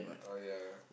ah ya